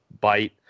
bite